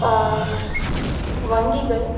வங்கிகள்